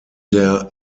der